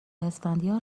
اسفندیار